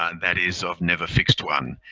um that is i've never fixed one.